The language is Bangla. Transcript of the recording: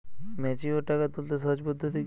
ম্যাচিওর টাকা তুলতে সহজ পদ্ধতি কি?